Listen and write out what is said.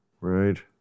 Right